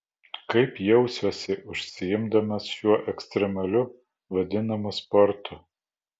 kaip jausiuosi užsiimdamas šiuo ekstremaliu vadinamu sportu